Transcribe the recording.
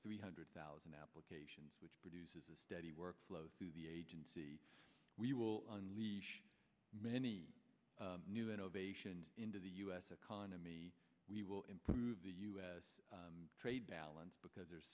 three hundred thousand applications which produces a steady work flow through the agency we will unleash many new innovations into the u s economy we will improve the u s trade balance because there